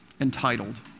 entitled